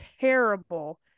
terrible